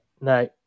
No